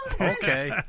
Okay